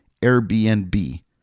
Airbnb